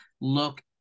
look